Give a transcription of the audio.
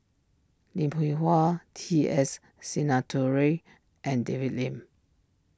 Lim Hwee Hua T S Sinnathuray and David Lim